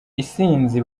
isinzi